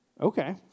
Okay